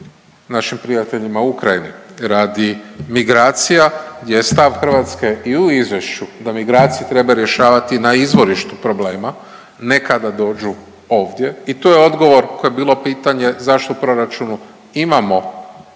našim prijateljima u Ukrajini, radi migracija je stav Hrvatske i u izvješću da migracije treba rješavati na izvorištu problema, ne kada dođu ovdje i to je odgovor koje je bilo pitanje zašto u proračunu imamo